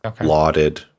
Lauded